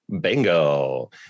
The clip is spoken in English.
bingo